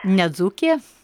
ne dzūkė